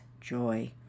joy